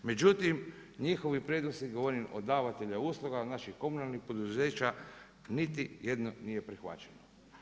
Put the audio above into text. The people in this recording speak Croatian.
Međutim, njihovi … govorim od davatelja usluga, naših komunalnih poduzeća, niti jedno nije prihvaćeno.